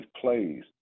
plays